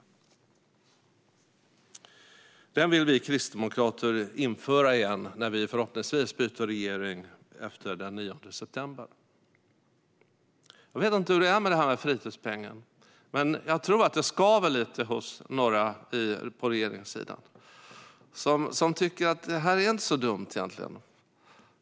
Denna peng vill vi kristdemokrater införa igen när vi förhoppningsvis byter regering efter den 9 september. Jag vet inte hur det är med det här med fritidspengen. Men jag tror att det skaver lite hos några på regeringssidan som tycker att det här egentligen inte är så dumt.